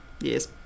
Yes